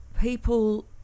people